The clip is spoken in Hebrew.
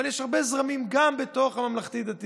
אבל יש הרבה זרמים גם בתוך הממלכתי-דתי,